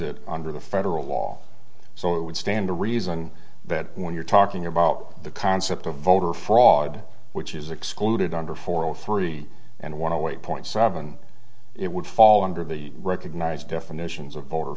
it under the federal law so it would stand to reason that when you're talking about the concept of voter fraud which is excluded under four hundred three and want to weigh point seven it would fall under the recognized definitions of voter